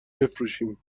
بفروشیم